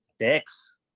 Six